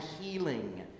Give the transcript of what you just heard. healing